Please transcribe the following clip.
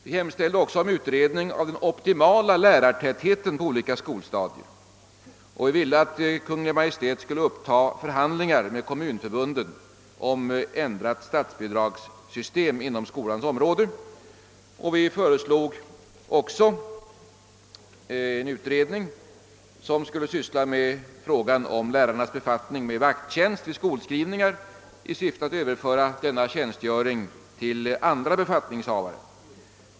Vi hemställde dessutom om utredning av den optimala lärartätheten på olika skolstadier och framförde önskemål om att Kungl. Maj:t skulle uppta förhandlingar med kommunförbunden angående ändrat statsbidragssystem inom skolans område. Vi föreslog också en utredning rörande frågan om lärarnas befattning med vakttjänst vid skolskrivningar i syfte att överföra denna tjänstgöring till andra befattningshavare.